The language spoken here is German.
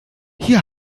hier